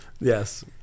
Yes